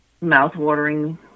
mouth-watering